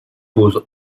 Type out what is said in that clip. pose